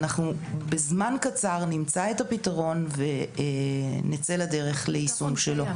בזמן קצר אנחנו נמצא את הפתרון ונצא לדרך ליישום שלו.